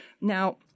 Now –